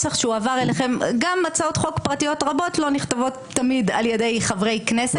גם הצעות חוק פרטיות רבות לא נכתבות תמיד על ידי חברי כנסת,